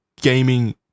gaming